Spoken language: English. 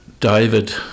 David